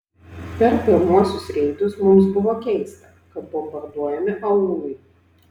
per pirmuosius reidus mums buvo keista kad bombarduojami aūlai